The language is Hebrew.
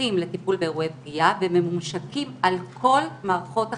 שמומחים לטיפול באירועי פגיעה והם ממושקים על כל מערכות החינוך,